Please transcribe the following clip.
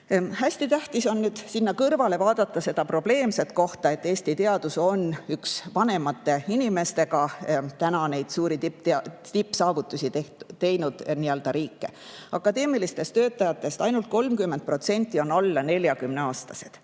Hästi tähtis on nüüd sinna kõrvale vaadata seda probleemset kohta, et Eesti teadus on üks vanemate inimestega nende tippsaavutusteni jõudnud riike. Akadeemilistest töötajatest ainult 30% on alla 40‑aastased.